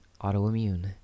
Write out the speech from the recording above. autoimmune